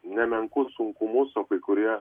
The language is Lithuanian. nemenkus sunkumus o kai kurie